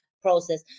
process